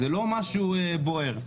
זה לא משהו בוער.